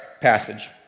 passage